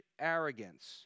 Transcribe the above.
arrogance